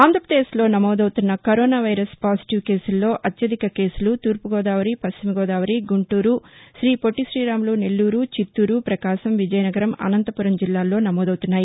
ఆంధ్రప్రదేశ్లో నమోదవుతున్న corona virus positive కేసుల్లో అత్యధిక కేసులు తూర్పుగోదావరి పశ్చిమగోదావరి గుంటూరు శ్రీ పొట్టి శ్రీరాములు నెల్లూరు చిత్తూరు పకాశం విజయనగరం అనంతపురం జిల్లాల్లో నమోదవుతున్నాయి